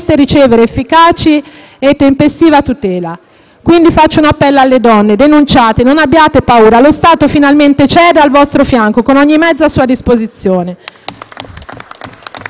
quindi un appello alle donne: denunciate, non abbiate paura, lo Stato finalmente c'è ed è al vostro fianco con ogni mezzo a sua disposizione.